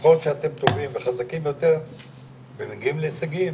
וככל שאתם טובים וחזקים יותר ומגיעים להישגים